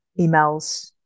emails